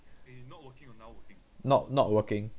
not not working